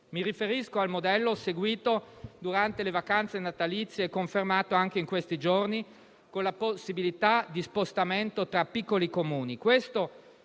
Mi riferisco al modello seguito durante le vacanze natalizie e confermato anche in questi giorni, con la possibilità di spostamento tra piccoli Comuni.